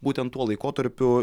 būtent tuo laikotarpiu